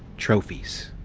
trophies.